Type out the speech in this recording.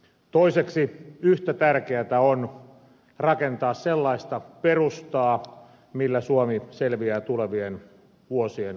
toiseksi yhtä tärkeätä on rakentaa sellaista perustaa millä suomi selviää tulevien vuosien muutospaineista